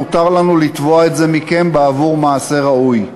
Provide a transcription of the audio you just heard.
מותר לנו לתבוע את זה מכם בעבור מעשה ראוי,